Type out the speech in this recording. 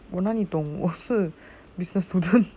我哪里懂我是 business student